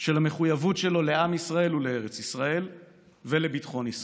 של המחויבות שלו לעם ישראל ולארץ ישראל ולביטחון ישראל,